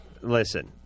listen